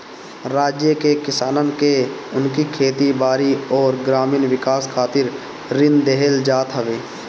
राज्य के किसानन के उनकी खेती बारी अउरी ग्रामीण विकास खातिर ऋण देहल जात हवे